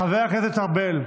חבר הכנסת ארבל,